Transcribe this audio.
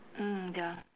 mm ya